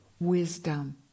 wisdom